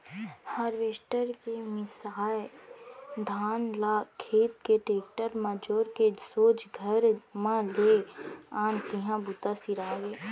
harvester के मिंसाए धान ल खेत ले टेक्टर म जोर के सोझ घर म ले आन तिहॉं बूता सिरागे